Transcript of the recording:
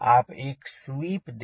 आप एक स्वीप दें